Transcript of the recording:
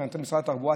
מבחינת משרד התחבורה,